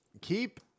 Keep